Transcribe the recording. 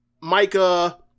Micah